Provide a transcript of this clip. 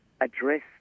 address